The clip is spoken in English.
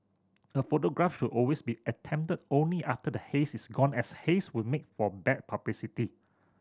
the photograph should always be attempted only after the haze is gone as haze would make for bad publicity